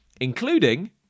including